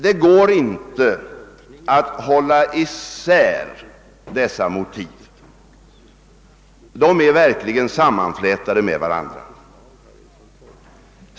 Det går inte att hålla isär dessa motiv — de är verkligen sammanflätade med varandra.